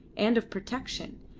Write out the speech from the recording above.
and of protection,